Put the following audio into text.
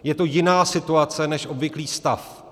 Je to jiná situace než obvyklý stav.